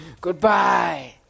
Goodbye